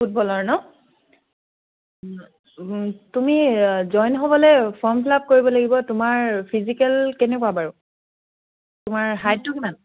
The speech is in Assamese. ফুটবলৰ ন তুমি জইন হ'বলৈ ফৰ্ম ফিল আপ কৰিব লাগিব তোমাৰ ফিজিকেল কেনেকুৱা বাৰু তোমাৰ হাইটটো কিমান